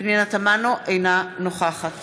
אינה נוכחת